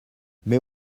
mais